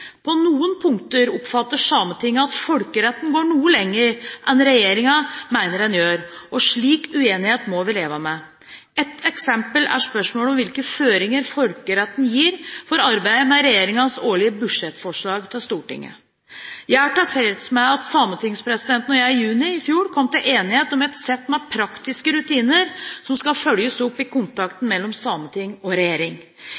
På noen punkter oppfatter Sametinget at folkeretten går noe lenger enn regjeringen mener den gjør, og slik uenighet må vi leve med. Ett eksempel er spørsmålet om hvilke føringer folkeretten gir for arbeidet med regjeringens årlige budsjettforslag til Stortinget. Jeg er tilfreds med at sametingspresidenten og jeg i juni i fjor kom til enighet om et sett med praktiske rutiner som skal følges opp i